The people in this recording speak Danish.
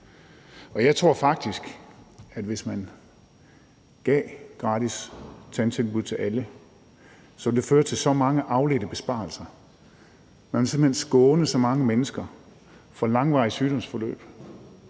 og jeg tror faktisk, at hvis man gav gratis tandtilbud til alle, så ville det føre til mange afledte besparelser; man ville simpelt hen skåne så mange mennesker for langvarige sygdomsforløb.